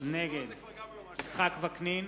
נגד יצחק וקנין,